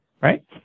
right